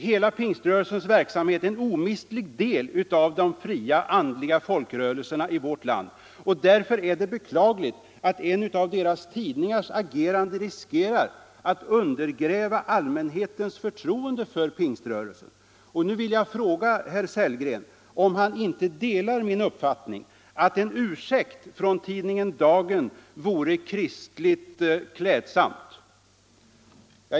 Hela pingströrelsens verksamhet är, menar vi, en omistlig del av de fria andliga folkrörelserna i vårt land. Därför är det beklagligt att en av dess tidningars agerande riskerar att undergräva allmänhetens förtroende för pingströrelsen. Och nu vill jag fråga herr Sellgren om han inte delar min uppfattning att en ursäkt från tidningen Dagen vore kristligt klädsam.